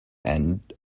end